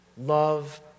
Love